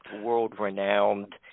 world-renowned